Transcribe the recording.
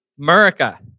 America